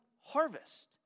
harvest